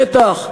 שטח,